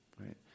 right